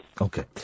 Okay